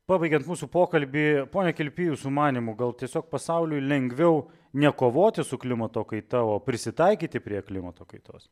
pabaigiant mūsų pokalbį pone kilpy jūsų manymu gal tiesiog pasauliui lengviau ne kovoti su klimato kaita o prisitaikyti prie klimato kaitos